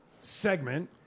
segment